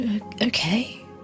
Okay